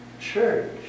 church